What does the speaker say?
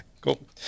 Cool